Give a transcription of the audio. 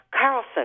Carlson